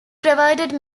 provided